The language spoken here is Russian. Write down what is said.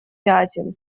пятен